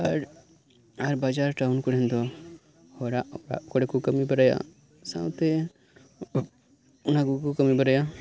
ᱟᱨ ᱵᱟᱡᱟᱨ ᱴᱟᱣᱩᱱ ᱠᱚᱨᱮᱱ ᱫᱚ ᱦᱚᱲᱟᱜ ᱚᱲᱟᱜ ᱠᱚᱨᱮ ᱠᱚ ᱠᱟᱹᱢᱤ ᱵᱟᱲᱟᱭᱟ ᱥᱟᱶᱛᱮ ᱚᱱᱟ ᱠᱩ ᱠᱩ ᱠᱟᱹᱢᱤ ᱵᱟᱲᱟᱭᱟ